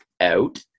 out